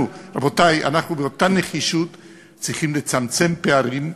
רבותי, אנחנו באותה נחישות צריכים לצמצם פערים,